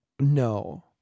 No